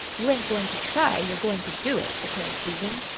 you ain't goin' to try, you're goin' to do it, declared susan.